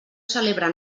celebra